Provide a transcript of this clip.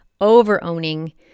overowning